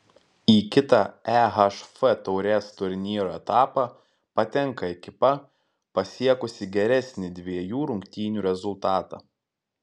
į kitą ehf taurės turnyro etapą patenka ekipa pasiekusi geresnį dviejų rungtynių rezultatą